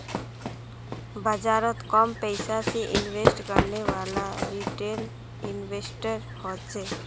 बाजारोत कम पैसा से इन्वेस्ट करनेवाला रिटेल इन्वेस्टर होछे